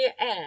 air